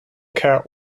cat